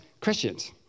Christians